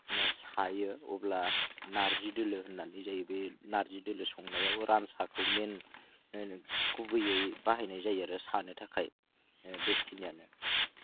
सायो अब्ला नारजि दोलो होननानै जे नारजि दोलो संनायाव रानसाखौ मेन माने गुबैयै बाहायनाय जायो आरो सानो थाखाय बेखिनियानो